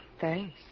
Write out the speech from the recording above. Thanks